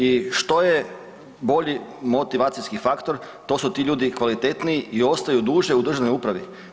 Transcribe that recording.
I što je bolji motivacijski faktor, to su ti ljudi kvalitetniji i ostaju duže u državnoj upravi.